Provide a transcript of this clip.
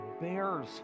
bears